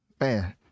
Man